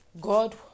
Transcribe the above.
god